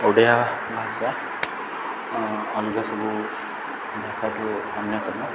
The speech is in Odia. ଓଡ଼ିଆ ଭାଷା ଅଲଗା ସବୁ ଭାଷାଠୁ ଅନ୍ୟତମ